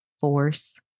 force